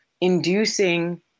inducing